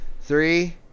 three